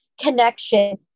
connection